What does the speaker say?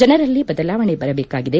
ಜನರಲ್ಲಿ ಬದಲಾವಣೆ ಬರಬೇಕಾಗಿದೆ